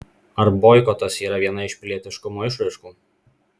ar boikotas yra viena iš pilietiškumo išraiškų